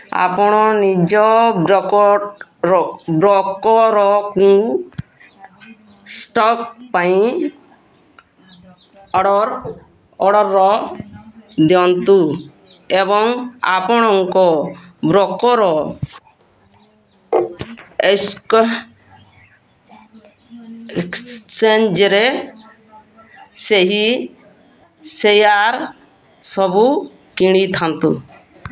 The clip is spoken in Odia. ଆପଣ ନିଜ ବ୍ରୋକୋ ବ୍ରୋକର୍ଙ୍କୁ ଷ୍ଟକ୍ ପାଇଁ ଅର୍ଡ଼ର୍ ଅର୍ଡ଼ରର ଦିଅନ୍ତି ଏବଂ ଆପଣଙ୍କ ବ୍ରୋକର୍ ଏକ୍ସ ଏକ୍ସଚେଞ୍ଜରେ ସେହି ସେୟାର୍ ସବୁ କିଣିଥାନ୍ତି